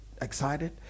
excited